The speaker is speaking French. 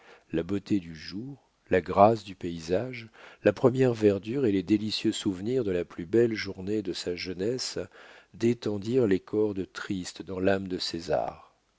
la beauté du jour la grâce du paysage la première verdure et les délicieux souvenirs de la plus belle journée de sa jeunesse détendirent les cordes tristes dans l'âme de césar